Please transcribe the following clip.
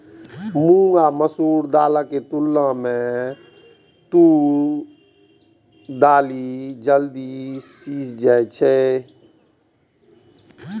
मूंग आ मसूर दालिक तुलना मे तूर दालि जल्दी सीझ जाइ छै